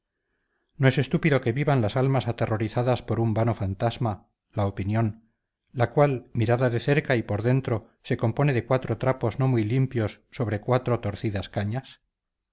no es estúpido que vivan las almas aterrorizadas por un vano fantasma la opinión la cual mirada de cerca y por dentro se compone de cuatro trapos no muy limpios sobre cuatro torcidas cañas